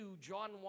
John